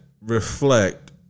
Reflect